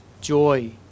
joy